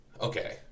Okay